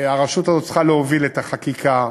הרשות הזאת צריכה להוביל את החקיקה,